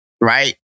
right